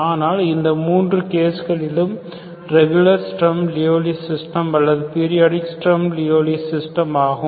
ஆனால் இந்த 3 கேஸ்களிலும் ரெகுலர் ஸ்ட்ரம் லியவ்லி சிஸ்டம் அல்லது பீரியாடிக் ஸ்ட்ரம் லியவ்லி சிஸ்டம் ஆகும்